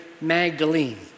Magdalene